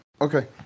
Okay